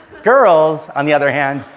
girls, on the other hand,